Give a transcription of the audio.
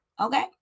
Okay